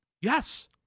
Yes